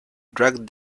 dragged